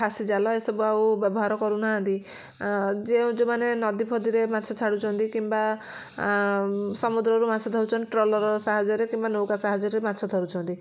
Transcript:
ଫାସି ଜାଲ ଏ ସବୁ ଆଉ ବ୍ୟବହାର କରୁ ନାହାନ୍ତି ଯେ ଯେଉଁମାନେ ନଦୀଫଦିରେ ମାଛ ଛାଡ଼ୁଛନ୍ତି କିମ୍ବା ସମୁଦ୍ରରୁ ମାଛ ଧରୁଛନ୍ତି ଟ୍ରଲର୍ ସାହାଯ୍ୟରେ କିମ୍ବା ନୌକା ସାହାଯ୍ୟରେ ମାଛ ଧରୁଛନ୍ତି